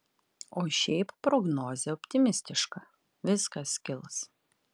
o šiaip prognozė optimistiška viskas kils